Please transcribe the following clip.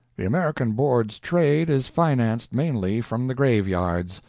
the american board's trade is financed mainly from the graveyards.